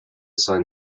assign